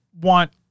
want